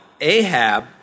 Ahab